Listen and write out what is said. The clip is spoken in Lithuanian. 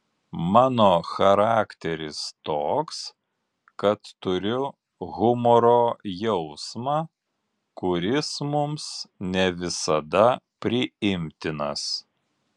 mano charakteris toks kad turiu humoro jausmą kuris mums ne visada priimtinas